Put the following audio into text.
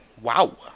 wow